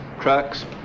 Trucks